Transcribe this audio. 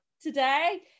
today